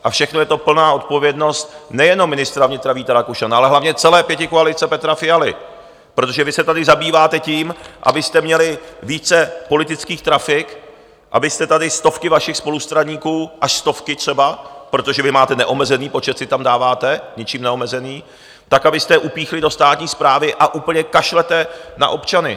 A všechno je to plná odpovědnost nejenom ministra vnitra Víta Rakušana, ale hlavně celé pětikoalice Petra Fialy, protože vy se tady zabýváte tím, abyste měli více politických trafik, abyste tady stovky vašich spolustraníků, až stovky třeba, protože vy máte neomezený počet si tam dáváte, ničím neomezený je upíchli do státní správy, a úplně kašlete na občany.